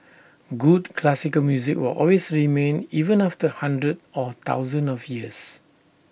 good classical music will always remain even after hundreds or thousands of years